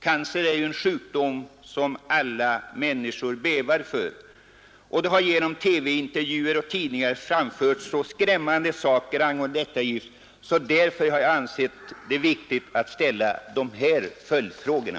Cancer är ju en sjukdom som alla människor bävar för, och det har genom TV-intervjuer och tidningsartiklar framförts så skrämmande fakta angående aflatoxin att jag har ansett det viktigt att ställa de här följdfrågorna.